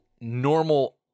normal